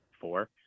four